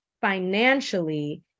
financially